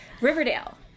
Riverdale